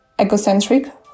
egocentric